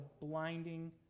blinding